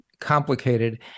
complicated